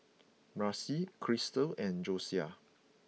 Marcy Krystle and Josiah